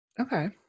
Okay